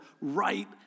right